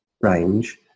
range